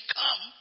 come